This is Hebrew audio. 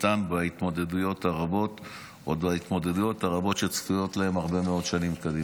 בהתמודדויות הרבות שצפויות להם הרבה מאוד שנים קדימה.